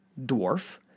dwarf